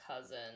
cousin